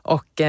Och